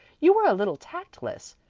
you were a little tactless.